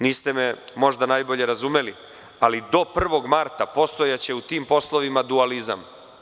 Niste me možda najbolje razumeli, ali do 1. marta postojaće u tim poslovima dualizam.